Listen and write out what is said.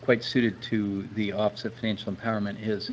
quite suited to the office of financial empowerment, is